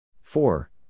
four